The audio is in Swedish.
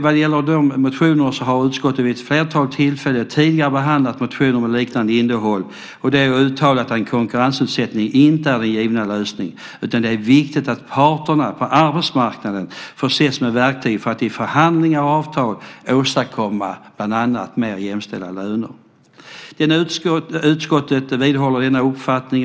Vid ett flertal tillfällen tidigare har utskottet behandlat motioner med ett liknande innehåll. Det är uttalat att konkurrensutsättning inte är den givna lösningen. Det är i stället viktigt att parterna på arbetsmarknaden förses med verktyg för att i förhandlingar och avtal åstadkomma bland annat mer jämställda löner. Utskottet vidhåller denna uppfattning.